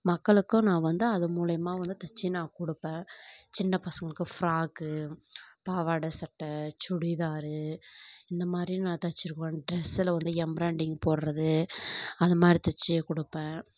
மக்களுக்கும் நான் வந்து அது மூலயமா வந்து தைச்சி நான் கொடுப்பேன் சின்ன பசங்களுக்கு ஃப்ராக்கு பாவாடை சட்டை சுடிதாரு இந்த மாதிரி நான் தைச்சுருப்பேன் டிரெஸில் வந்து எம்ராய்டிங் போடுவது அது மாதிரி தைச்சி கொடுப்பேன்